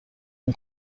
اون